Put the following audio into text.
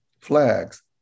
Flags